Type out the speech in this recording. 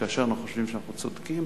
כאשר אנחנו חושבים שאנחנו צודקים,